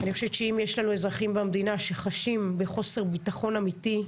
אני חושבת שאם יש לנו אזרחים במדינה שחשים בחוסר ביטחון אמיתי,